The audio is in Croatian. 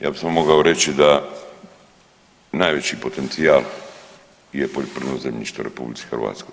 Ja bi samo mogao reći da najveći potencijal je poljoprivredno zemljište u RH.